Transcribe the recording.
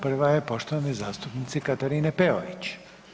Prva je poštovane zastupnice Katarine Peović.